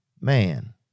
man